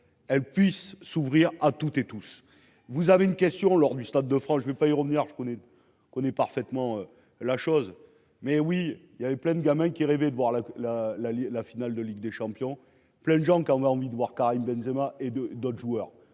elle puisse s'ouvrir à toutes et tous. Vous avez une question lors du Stade de France, je ne vais pas une robe noire je connais connaît parfaitement la chose mais oui il y avait plein de gamins qui rêvait de voir la la la la finale de Ligue des champions, plein de gens qui avaient envie de voir Karim Benzéma et de d'autres joueurs.